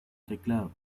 teclado